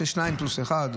של שניים פלוס אחד,